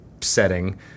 setting